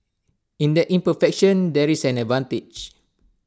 in that imperfection there is an advantage